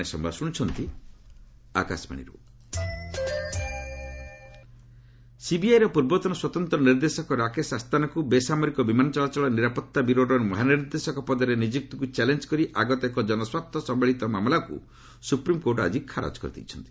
SC Asthana ସିବିଆଇର ପୂର୍ବତନ ସ୍ୱତନ୍ତ୍ର ନିର୍ଦ୍ଦେଶକ ରାକେଶ ଅସ୍ତାନାଙ୍କୁ ବେସାମରିକ ବିମାନ ଚଳାଚଳ ନିରାପତ୍ତା ବ୍ୟୁରୋର ମହାନିର୍ଦ୍ଦେଶକ ପଦରେ ନିଯୁକ୍ତିକୁ ଚାଲେଞ୍ଜ କରି ଆଗତ ଏକ ଜନସ୍ୱାର୍ଥ ସମ୍ପଳିତ ମାମଲାକୁ ସୁପ୍ରିମକୋର୍ଟ ଆକି ଖାରଜ କରିଦେଇଛନ୍ତି